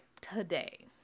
today